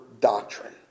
doctrine